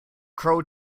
crow